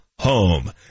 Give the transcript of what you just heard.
Home